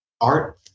art